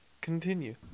Continue